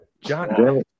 John